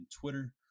twitter